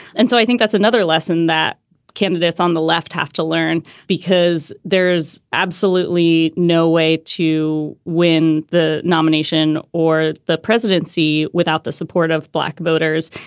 and so i think that's another lesson that candidates on the left have to learn, because there's absolutely no way to win the nomination or the presidency without the support of black voters.